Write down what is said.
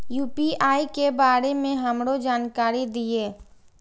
UPI के बारे में हमरो जानकारी दीय?